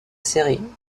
série